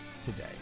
today